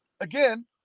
again